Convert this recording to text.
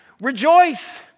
Rejoice